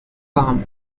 calm